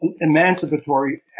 emancipatory